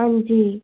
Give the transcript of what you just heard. हंजी